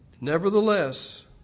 nevertheless